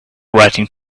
writing